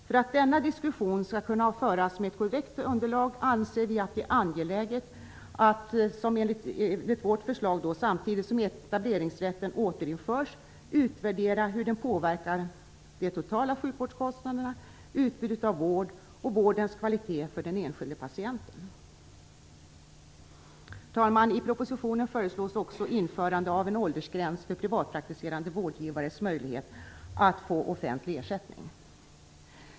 För att denna diskussion skall kunna föras med ett korrekt underlag anser vi att det är angeläget att samtidigt som etableringsrätten återinförs utvärdera hur den påverkar de totala sjukvårdskostnaderna, utbudet av vård och vårdens kvalitet för den enskilde patienten. Herr talman! I propositionen föreslås också införande av en åldersgräns för privatpraktiserande vårdgivares möjlighet att få offentlig ersättning.